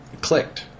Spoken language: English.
clicked